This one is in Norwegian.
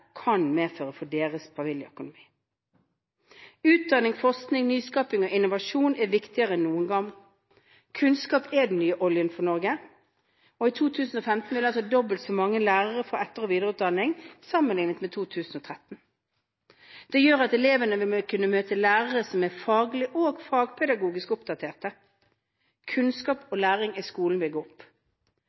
kan medføre for deres familieøkonomi. Utdanning, forskning, nyskaping og innovasjon er viktigere enn noen gang. Kunnskap er den nye oljen for Norge, og i 2015 vil dobbelt så mange lærere få etter- og videreutdanning, sammenliknet med 2013. Det gjør at elevene vil kunne møte lærere som er faglig og fagpedagogisk oppdatert. Kunnskap og læring i skolen vil gå opp.